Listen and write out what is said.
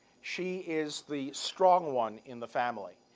she is the strong one in the family.